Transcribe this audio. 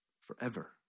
forever